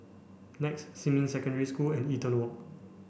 NEX Xinmin Secondary School and Eaton Walk